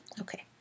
Okay